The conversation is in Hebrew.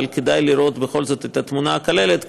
אבל כדאי בכל זאת לראות את התמונה הכוללת,